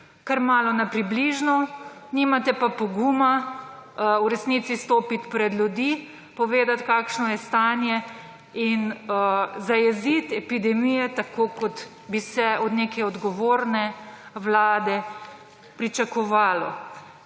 kar malo na približno, nimate pa poguma v resnici stopiti pred ljudi, povedati kakšno je stanje in zajeziti epidemije tako kot bi se od neke odgovorne Vlade pričakovalo.